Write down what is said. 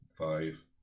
Five